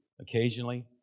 occasionally